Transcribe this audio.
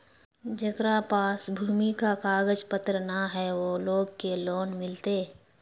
जेकरा पास भूमि का कागज पत्र न है वो लोग के लोन मिलते?